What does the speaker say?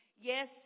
Yes